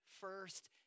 first